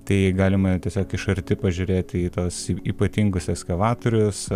tai galima tiesiog iš arti pažiūrėti į tas ypatingus ekskavatorius